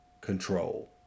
control